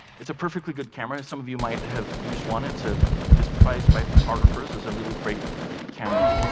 it's a perfectly good camera, some of you might have used one, it's ah it's prized by photographers as a really great camera.